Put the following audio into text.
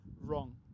wrong